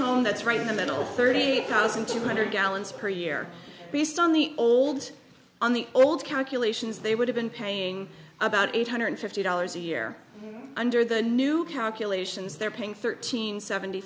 home that's right in the middle thirty thousand two hundred gallons per year based on the old on the old calculations they would have been paying about eight hundred fifty dollars a year under the new calculations they're paying thirteen seventy